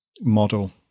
model